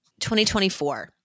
2024